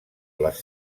les